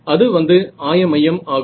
அது வந்து ஆய மையம் ஆகும்